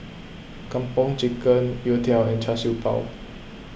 Kung Po Chicken Youtiao and Char Siew Bao